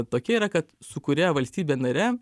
tokia yra kad su kuria valstybe nare